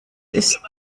ist